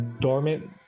dormant